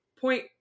Point